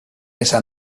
esa